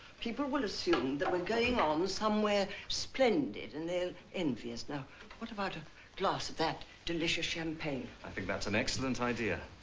people will assume that we're going on to somewhere splendid and they're envious. now what about a glass of that delicious champagne. i think that's an excellent idea.